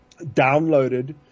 downloaded